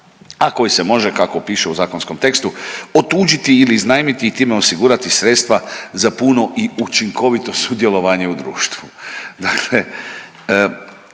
koji se može, kako piše u zakonskom tekstu, otuđiti ili iznajmiti i time osigurati sredstva za puno i učinkovito sudjelovanje u društvu.